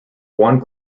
one